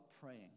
praying